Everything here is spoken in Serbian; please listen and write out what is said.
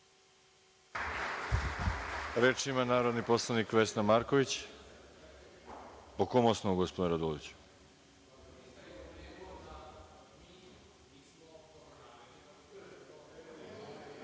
Reč ima narodni poslanik Vesna Marković. Po kom osnovu gospodine Raduloviću?(Saša